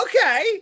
Okay